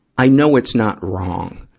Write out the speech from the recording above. i know it's not wrong.